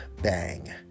bang